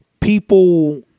People